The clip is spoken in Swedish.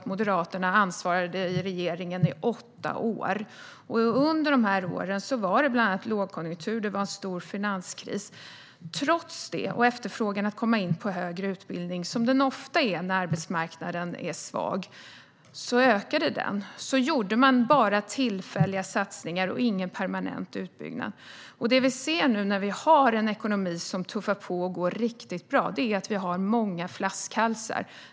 Moderaterna ansvarade i regeringen i åtta år. Under de åren var det bland annat lågkonjunktur och en stor finanskris. Efterfrågan på att komma in på högre utbildning ökade, som den ofta gör när arbetsmarknaden är svag. Trots det gjorde man bara tillfälliga satsningar och ingen permanent utbyggnad. Det vi ser nu, när vi har en ekonomi som tuffar på och går riktigt bra, är att vi har många flaskhalsar.